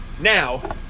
Now